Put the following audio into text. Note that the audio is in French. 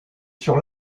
sur